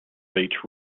beach